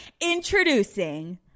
introducing